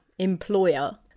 Employer